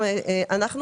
אנחנו